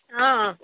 অঁ অঁ